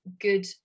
good